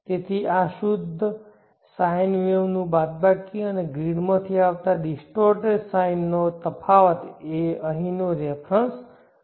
તેથી આ પણ શુદ્ધ sine નું બાદબાકી અને ગ્રીડમાંથી આવતા ડિસ્ટોર્ટેડ sine નો તફાવત તે અહીંનો રેફેરન્સ બનશે